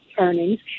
earnings